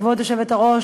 כבוד היושבת-ראש,